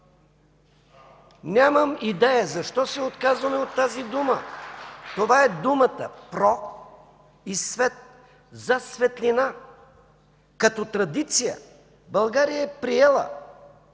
Нямам идея защо се отказваме от тази дума?! Това е думата: „про” и „свет” – за светлина. Като традиция България е приела,